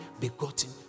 begotten